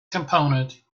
component